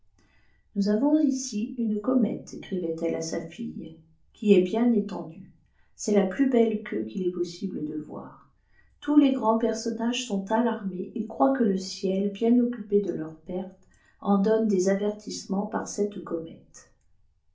nous avons ici une comète écrivait elle à sa fille qui est bien étendue c'est la plus belle queue qu'il est possible de voir tous les grands personnages sont alarmés et croient que le ciel bien occupé de leur perte en donne des avertissements par cette comète